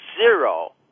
zero